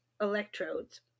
electrodes